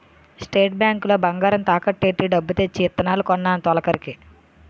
state bank లో బంగారం తాకట్టు ఎట్టి డబ్బు తెచ్చి ఇత్తనాలు కొన్నాను తొలకరికి